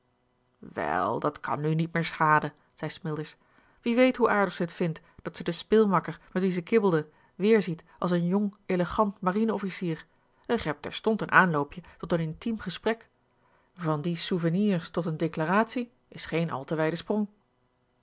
wel dat kan nu niet meer schaden zei smilders wie weet hoe aardig zij het vindt dat zij den speelmakker met wien zij kibbelde weerziet als een jong elegant marine officier en gij hebt terstond een aanloopje tot een intiem gesprek van die souvenirs tot eene declaratie is geen al te wijde